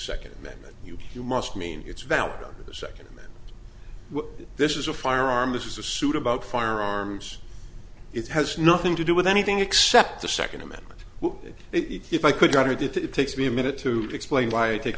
second amendment you you must mean it's valid to the second that this is a firearm this is a suit about firearms it has nothing to do with anything except the second amendment if i could read it it takes me a minute to explain why i take